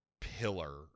pillar